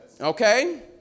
okay